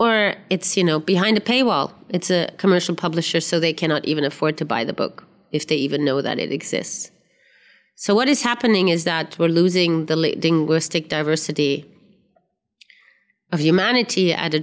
or it's you know behind a paywall it's a commercial publisher so they cannot even afford to buy the book if they even know that it exists so what is happening is that we're losing the linguistic diversity of humanity at a